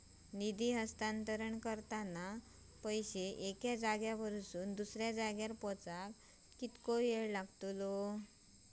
निधी हस्तांतरण करताना पैसे एक्या जाग्यावरून दुसऱ्या जाग्यार पोचाक कितको वेळ लागतलो?